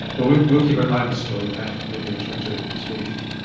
well, we will keep an eye on this story, pat, and maybe return to it next week.